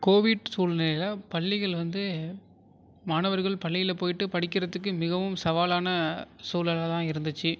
Covid சூழ்நிலையில பள்ளிகள் வந்து மாணவர்கள் பள்ளியில் போய்விட்டு படிக்கிறதுக்கு மிகவும் சவாலான சூழலாக தான் இருந்துச்சு